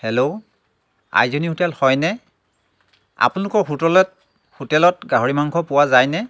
hello আইজনী hotel হয়নে আপোনালোকৰ হোটেলত হোটেলত গাহৰি মাংস পোৱা যায়নে